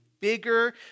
bigger